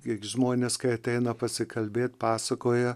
kiek žmonės kai ateina pasikalbėti pasakoja